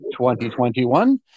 2021